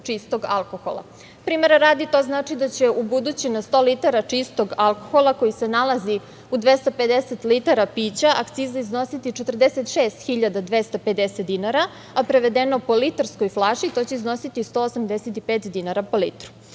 čistog alkohola. Primera radi, to znači da će ubuduće na 100 litara čistog alkohola, koji se nalazi u 250 litara pića, akciza iznositi 46.250 dinara, a prevedeno po litarskoj flaši to će iznositi 185 dinara po litru,